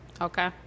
Okay